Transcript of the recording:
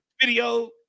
video